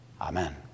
Amen